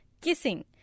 Kissing